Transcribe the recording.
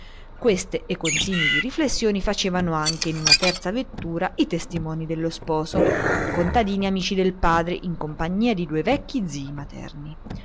queste e consimili riflessioni facevano anche in una terza vettura i testimonii dello sposo contadini amici del padre in compagnia di due vecchi zii materni